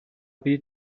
бие